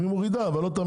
היא מורידה, אבל לא תמיד.